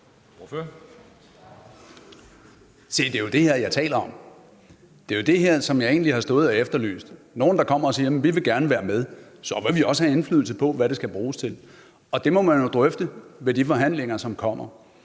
Se, det er jo det her, jeg taler om. Det er jo det her, som jeg egentlig har stået og efterlyst, altså nogle, der kommer og siger: Vi vil gerne være med, men så vil vi også have indflydelse på, hvad det skal bruges til. Og det må man jo drøfte ved de forhandlinger, som kommer.